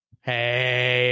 Hey